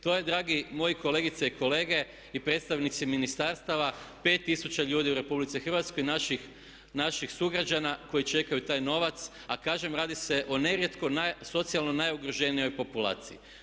To je dragi moji kolegice i kolege i predstavnici Ministarstava 5000 ljudi u RH, naših sugrađana koji čekaju taj novac, a kažem radi se o nerijetko socijalno najugroženijoj populaciji.